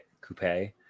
Coupe